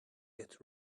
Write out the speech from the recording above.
yet